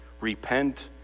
repent